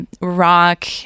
rock